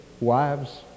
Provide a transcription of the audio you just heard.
wives